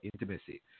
intimacy